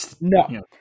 No